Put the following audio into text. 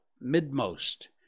midmost